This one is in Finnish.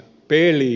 pelien